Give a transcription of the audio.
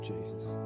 Jesus